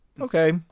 Okay